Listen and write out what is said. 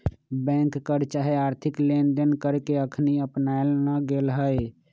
bank कर चाहे आर्थिक लेनदेन कर के अखनी अपनायल न गेल हइ